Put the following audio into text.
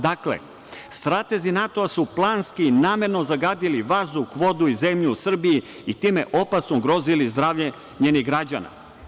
Dakle, stratezi NATO su planski, namerno zagadili vazduh, vodu i zemlju u Srbiji i time opasno ugrozili zdravlje njenih građana.